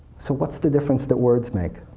so what's the difference that words make?